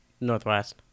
northwest